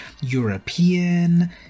European